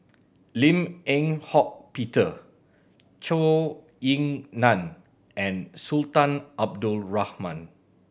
Lim Eng Hock Peter Zhou Ying Nan and Sultan Abdul Rahman